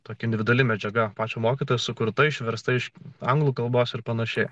tokia individuali medžiaga pačių mokytojų sukurta išversta iš anglų kalbos ir pan